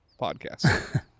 podcast